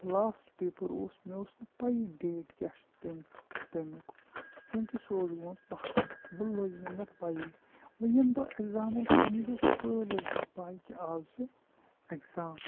لاسٹہٕ paper اوس مےٚ اوس نہٕ پَیی ڈیٹ کیٛاہ چھُ تمیِ تَمیُک کیونٛکہِ سُہ اوس گوٚمُت پَتھ وۄنۍ لٔج نہٕ مےٚ پَیی وۄنۍ ییٚمہِ دۄہ مےٚ ایٚکزام اوس تمی دۄہ صُبحٲے لٔج مےٚ پاے کہِ اَز چھُ ایٚزام